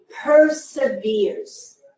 perseveres